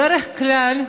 בדרך כלל,